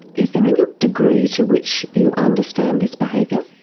is there any degree to which you understand this behaviour?